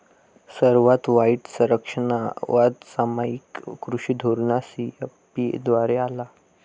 सर्वात वाईट संरक्षणवाद सामायिक कृषी धोरण सी.ए.पी द्वारे आला